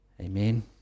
Amen